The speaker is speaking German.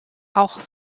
auch